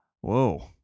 Whoa